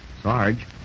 Sarge